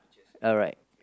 alright